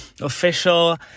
official